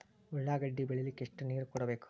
ಉಳ್ಳಾಗಡ್ಡಿ ಬೆಳಿಲಿಕ್ಕೆ ಎಷ್ಟು ನೇರ ಕೊಡಬೇಕು?